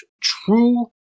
true